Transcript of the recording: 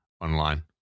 online